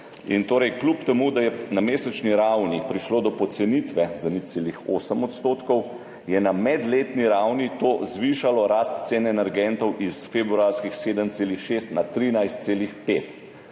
Kljub temu da je na mesečni ravni prišlo do pocenitve za 0,8 %, je na medletni ravni to zvišalo rast cen energentov s februarskih 7,6 % na 13,5